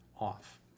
off